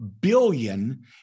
billion